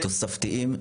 תוספתיים.